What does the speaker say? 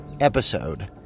episode